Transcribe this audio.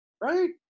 Right